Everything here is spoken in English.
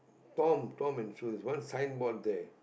Tom Tom and Sue there's one signboard there